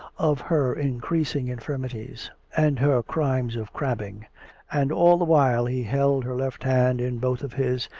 of her in creasing infirmities and her crimes of crabbing and all the while he held her left hand in both of his,